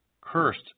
Cursed